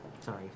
Sorry